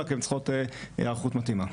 רק הם צריכות היערכות מתאימה.